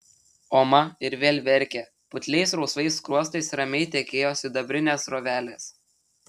oma ir vėl verkė putliais rausvais skruostais ramiai tekėjo sidabrinės srovelės